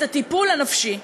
את הטיפול הנפשי.